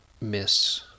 miss